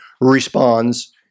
responds